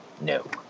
No